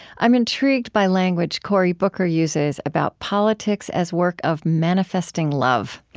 i'm intrigued by language cory booker uses about politics as work of manifesting love.